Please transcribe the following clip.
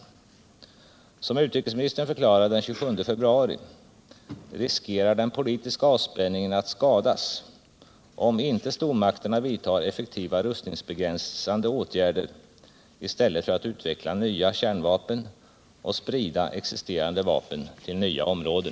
Såsom utrikesministern förklarade den 27 februari riskerar den politiska avspänningen att skadas, om inte stormakterna vidtar effektiva rustningsbegränsande åtgärder i stället för att utveckla nya kärnvapen och sprida existerande vapen till nya områden.